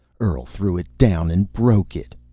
earl threw it down and broke it.